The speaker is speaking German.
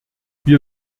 wir